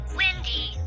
windy